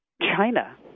China